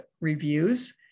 reviews